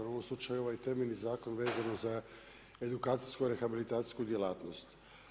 U ovom slučaju ovaj temeljni zakon vezano za edukacijskoj rehabilitacijsku djelatnost.